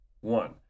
One